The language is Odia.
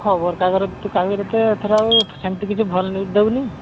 ଖବରକାଗଜ କିଛି କହିବେ କି ଏଥର ଆଉ ସେମିତି କିଛି ଭଲ ନ୍ୟୁଜ୍ ଦେଉନି